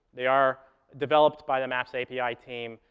they are developed by the maps api team,